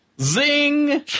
zing